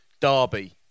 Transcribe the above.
Derby